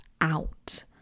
out